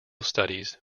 studies